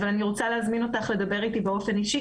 ואני רוצה להזמין אותך לדבר איתי באופן אישי.